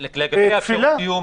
קיום,